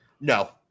No